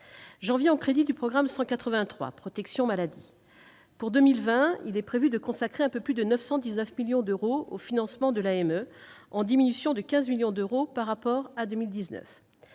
J'en viens aux crédits du programme 183, « Protection maladie ». Pour 2020, il est prévu de consacrer un peu plus de 919 millions d'euros au financement de l'AME, un montant en diminution de 15 millions d'euros par rapport à 2019.